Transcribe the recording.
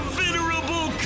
venerable